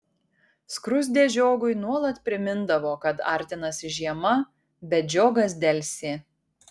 skruzdė žiogui nuolat primindavo kad artinasi žiema bet žiogas delsė